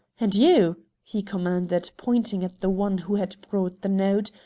and you, he commanded, pointing at the one who had brought the note,